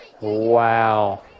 wow